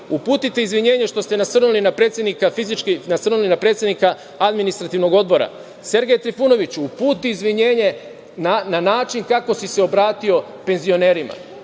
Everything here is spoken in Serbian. uputite izvinjenje što ste fizički nasrnuli na predsednika Administrativnog odbora. Sergeju Trifunoviću, uputi izvinjenje na način kako si se obratio penzionerima.